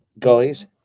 guys